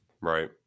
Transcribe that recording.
Right